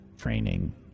training